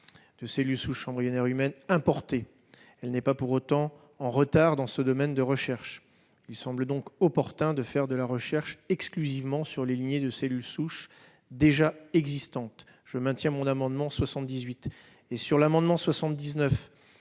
de cellules souches embryonnaires humaines importées ; elle n'est pas pour autant en retard dans ce domaine de recherche. » Il semble donc opportun de faire de la recherche exclusivement sur les lignées de cellules souches déjà existantes. Je maintiendrai donc cet amendement.